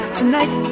tonight